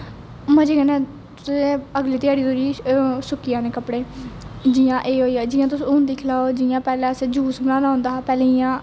मजे कन्नै तुसें अगली ध्याड़ी सुक्की जाने कपडे़ जियां एह् होई गेआ जियां तुस हून दिक्खी लैओ जियां पैहलें असें यूस बनाना होंदा हा पैहलें जियां